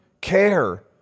care